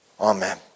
Amen